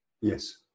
Yes